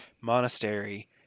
monastery